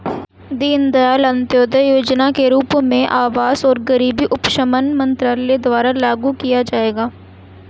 दीनदयाल अंत्योदय योजना के रूप में आवास और गरीबी उपशमन मंत्रालय द्वारा लागू किया जाएगा